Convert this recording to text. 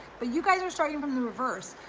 but you guys are starting from the reverse.